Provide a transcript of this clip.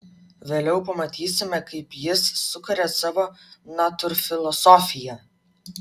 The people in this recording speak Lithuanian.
vėliau pamatysime kaip jis sukuria savo natūrfilosofiją